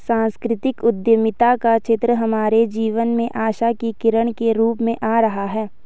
सांस्कृतिक उद्यमिता का क्षेत्र हमारे जीवन में आशा की किरण के रूप में आ रहा है